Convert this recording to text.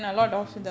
okay